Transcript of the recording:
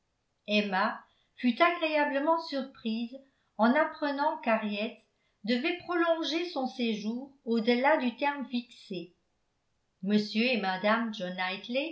emma fut agréablement surprise en apprenant qu'henriette devait prolonger son séjour au delà du terme fixé m et mme john